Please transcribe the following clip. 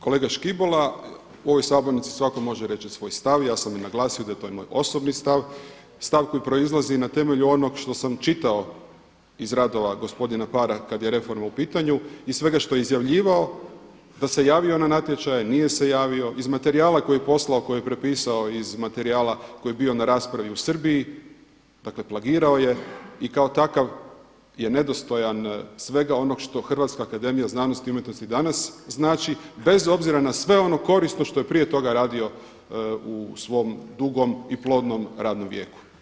Kolega Škibola, u ovoj sabornici svatko može reći svoj stav i ja sam i naglasio da je to moj osobni stav, stav koji proizlazi na temelju onog što sam čitao iz radova gospodina Paara kada je reforma u pitanju i svega što je izjavljivao da se javio na natječaj, nije se javio, iz materijala koje je poslao, koje je prepisao, iz materijala koji je bio na raspravi u Srbiji, dakle plagirao je i kao takav je nedostojan svega onog što HAZU dana znači bez obzira na sve ono korisno što je prije toga radio u svom dugom i plodnom radnom vijeku.